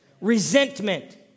Resentment